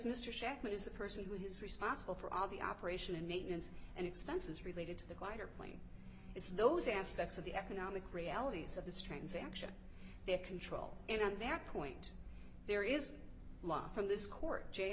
mr shachtman is the person who is responsible for all the operation and maintenance and expenses related to the glider plane it's those aspects of the economic realities of this transaction their control and on that point there is law from this court j